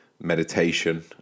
meditation